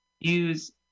Use